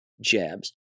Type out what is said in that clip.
Jabs